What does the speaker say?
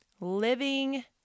Living